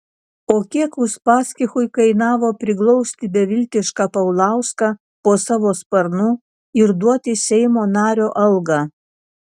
o kiek uspaskichui kainavo priglausti beviltišką paulauską po savo sparnu ir duoti seimo nario algą